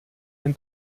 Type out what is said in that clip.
jen